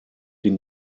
den